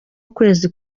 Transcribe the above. ukwezi